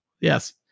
Yes